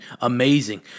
amazing